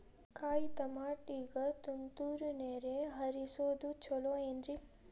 ಕಾಯಿತಮಾಟಿಗ ತುಂತುರ್ ನೇರ್ ಹರಿಸೋದು ಛಲೋ ಏನ್ರಿ?